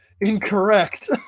incorrect